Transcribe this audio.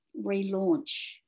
relaunch